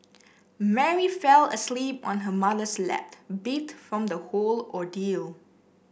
Mary fell asleep on her mother's lap beat from the whole ordeal